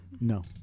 No